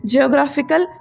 Geographical